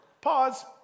pause